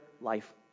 life